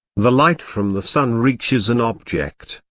the light from the sun reaches an object,